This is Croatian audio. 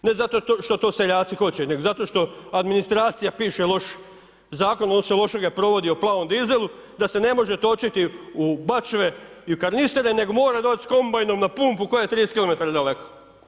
Ne zato što to seljaci hoće, nego zato što administracija piše loš Zakon, odnosno loše ga provodi o plavom dizelu da se ne može točiti u bačve i u kanistere nego mora doći s kombajnom na pumpu koja je 30 km daleko.